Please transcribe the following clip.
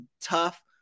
tough